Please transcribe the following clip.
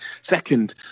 second